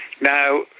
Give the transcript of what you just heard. Now